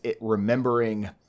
remembering